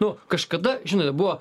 nu kažkada žinote buvo